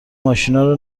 ماشینارو